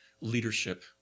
leadership